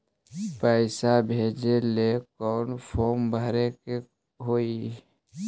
पैसा भेजे लेल कौन फार्म भरे के होई?